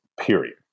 period